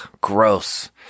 gross